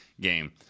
game